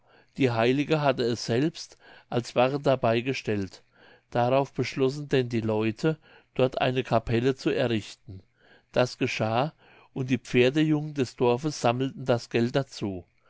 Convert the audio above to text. die heilige hatte es selbst als wache dabei gestellt darauf beschlossen denn die leute dort eine capelle zu errichten das geschah und die pferdejungen des dorfes sammelten das geld dazu